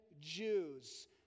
Jews